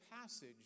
passage